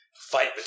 fight